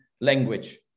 language